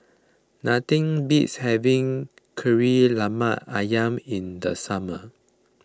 nothing beats having Kari Lemak Ayam in the summer